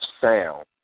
sound